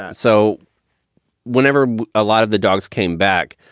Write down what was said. ah so whenever a lot of the dogs came back,